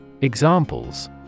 Examples